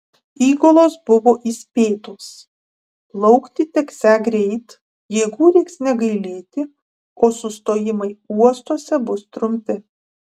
įgulos buvo įspėtos plaukti teksią greit jėgų reiks negailėti o sustojimai uostuose bus trumpi